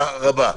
תודה רבה.